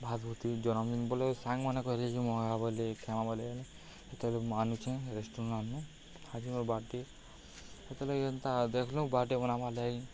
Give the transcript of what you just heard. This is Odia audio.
ଭାତ୍ଭୁତି ଜନମ୍ଦିନ୍ ବୋଲେ ସାଙ୍ଗେମାନେେ କହିଲେ ଯେ ମ ବୋଲେ ସେତେବେଳେ ମାନୁଛେଁ ରେଷ୍ଟୁରାଣ୍ଟ୍ନୁ ଆଜି ମୋର ବାାର୍ଥଡ଼େ ସେତେବେଳେ ଏନ୍ତା ଦେଖଲୁ ବାର୍ଥଡେ ବନାବାର୍ ଲାଗି